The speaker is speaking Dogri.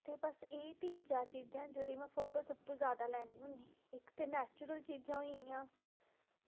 ते बस एह् तिन्न चार चीज़ां न जेह्दे में फोटोज़ सब तूं जादा लैन्नी होन्नी इक ते नेचुरल चीज़ां होई गेइयां